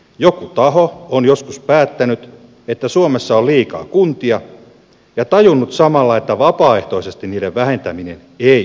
joku taho on joskus päättänyt että suomessa on liikaa kuntia ja tajunnut samalla että vapaaehtoisesti niiden vähentäminen ei onnistu